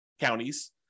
counties